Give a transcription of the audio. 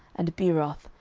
and beeroth,